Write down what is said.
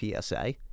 PSA